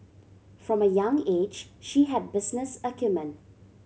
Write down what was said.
from a young age she had business acumen